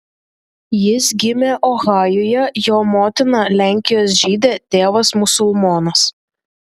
jis gimė ohajuje jo motina lenkijos žydė tėvas musulmonas